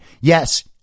yes